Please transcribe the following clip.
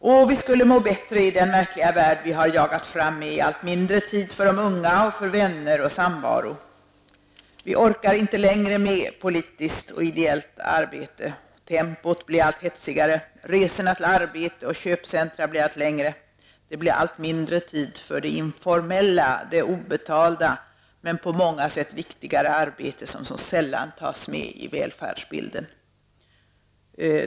Och vi skulle må bättre i den märkliga värld vi jagat fram med mindre tid för de unga och för vänner och samvaro. Vi orkar inte längre med politiskt och ideellt arbete. Tempot blir allt hetsigare, resorna till arbete och köpcentra blir allt längre. Det blir allt mindre tid för det informella, det obetalda men på många sätt viktigare arbetet som så sällan tas med i välfärdsbilden.